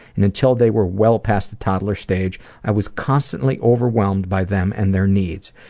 and until they were well past the toddler stage, i was constantly overwhelmed by them and their needs.